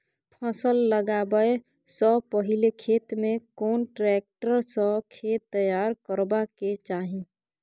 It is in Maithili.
फसल लगाबै स पहिले खेत में कोन ट्रैक्टर स खेत तैयार करबा के चाही?